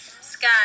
Sky